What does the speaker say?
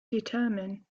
determine